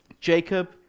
Jacob